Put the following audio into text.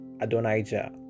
Adonijah